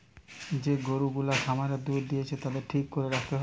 যে গরু গুলা খামারে দুধ দিতেছে তাদের ঠিক করে রাখতে হয়